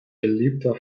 beliebter